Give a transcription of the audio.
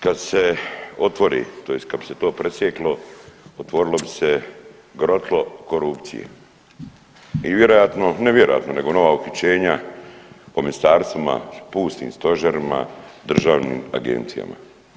Kad se otvori tj. kad bi se to presjeklo otvorilo bi se grotlo korupcije i vjerojatno, ne vjerojatno nego nova uhićenja po ministarstvima, pustim stožerima i državnim agencijama.